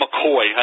McCoy